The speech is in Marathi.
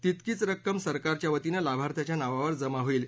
तितकीच रक्कम सरकारच्या वतीनं लाभार्थ्यांच्या नावावर जमा होईल